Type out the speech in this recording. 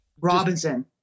Robinson